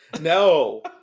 No